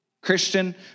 Christian